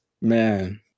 man